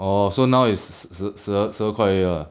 orh so now it's 十十二十二块而已啦